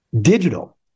Digital